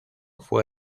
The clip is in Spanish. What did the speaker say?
fue